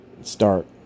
start